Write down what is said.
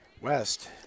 West